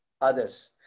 others